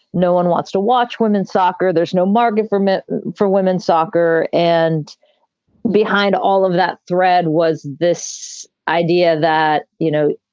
no one wants to watch women's soccer. there's no market for it for women's soccer. and behind all of that thread was this idea that, you know,